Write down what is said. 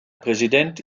präsident